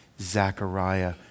Zechariah